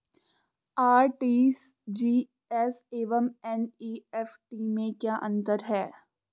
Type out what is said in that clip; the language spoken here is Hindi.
आर.टी.जी.एस एवं एन.ई.एफ.टी में क्या अंतर है?